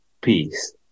peace